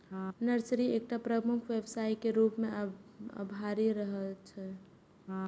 nursery एकटा प्रमुख व्यवसाय के रूप मे अभरि रहल छै